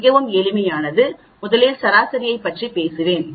மிகவும் எளிமையானது முதலில் சராசரிகளைப் பற்றி பேசுவேன்